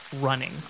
running